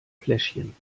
fläschchen